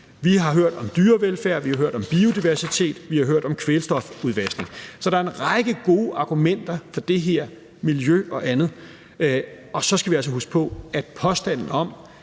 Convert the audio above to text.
Vi har hørt om dyrevelfærd, vi har hørt om biodiversitet, vi har hørt om kvælstofudvaskning. Så der er en række gode argumenter for det her – miljø og andet – og så skal vi altså huske på, at påstanden om,